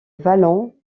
vallon